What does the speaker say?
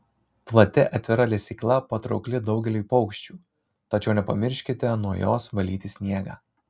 plati atvira lesykla patraukli daugeliui paukščių tačiau nepamirškite nuo jos valyti sniegą